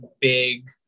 big